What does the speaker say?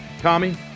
Tommy